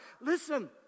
Listen